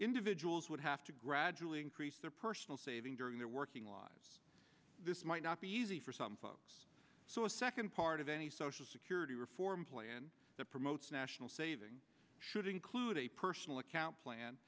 individuals would have to gradually increase their personal savings during their working lives this might not be easy for some folks so a second part of any social security reform plan that promotes national saving should include a personal account plan